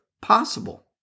possible